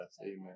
Amen